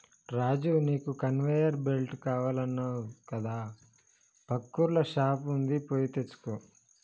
రాజు నీకు conveyor belt కావాలన్నావు కదా పక్కూర్ల షాప్ వుంది పోయి తెచ్చుకో